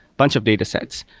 bunch of datasets.